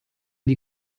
die